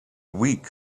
weak